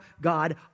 God